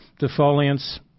defoliants